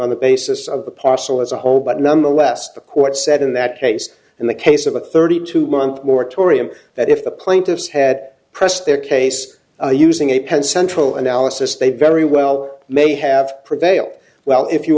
on the basis of the parcel as a whole but nonetheless the court said in that case in the case of a thirty two month moratorium that if the plaintiffs had pressed their case using a penn central analysis they very well may have prevailed well if you